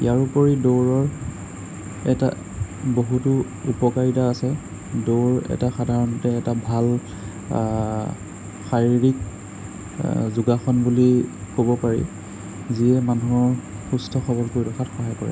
ইয়াৰোপৰি দৌৰৰ এটা বহুতো উপকাৰিতা আছে দৌৰ এটা সাধাৰণতে এটা ভাল শাৰীৰিক যোগাসন বুলি ক'ব পাৰি যিয়ে মানুহক সুস্থ সৱল কৰি ৰখাত সহায় কৰে